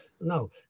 No